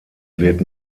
wird